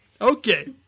Okay